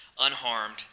unharmed